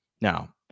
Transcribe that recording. Now